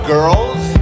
Girls